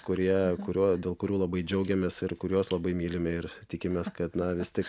kurie kurio dėl kurių labai džiaugiamės ir kuriuos labai mylime ir tikimės kad na vis tik